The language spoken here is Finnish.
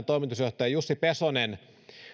toimitusjohtaja jussi pesonen